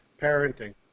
parenting